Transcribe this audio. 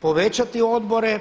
Povećati odbore,